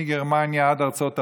מגרמניה עד ארצות הברית,